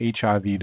HIV